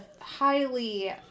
highly